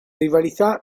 rivalità